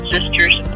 Sisters